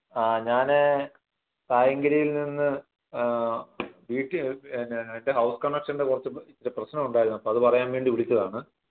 ആ ഞാൻ തായങ്കരിയിൽ നിന്ന് എൻ്റെ ഹൗസ് കണക്ഷൻ്റെ കുറച്ച് പ്രശ്നമുണ്ടായിരുന്നു അപ്പോൾ അത് പറയാൻ വേണ്ടി വിളിച്ചതാണ്